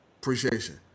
appreciation